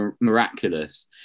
miraculous